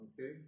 okay